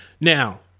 Now